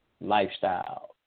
lifestyle